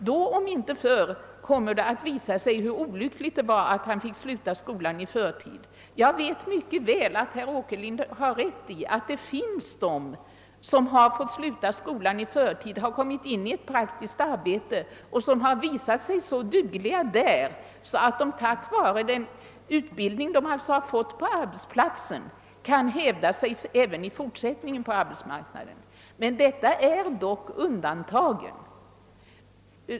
Då, om inte förr, kommer det att visa sig hur olyckligt det var att de fått sluta skolan i förtid; Jag vet mycket väl att herr Åkerlind har rätt i att det finns sådana som har fått sluta skolan i förtid och som kommit in i praktiskt arbete och visat sig så dugliga där, att de tack vare den utbildning de fått på arbetsplatsen kan hävda sig på arbetsmarknaden även i fortsättningen. Men detta är dock undantag.